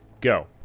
go